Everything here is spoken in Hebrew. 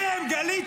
אתה פייק.